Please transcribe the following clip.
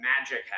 magic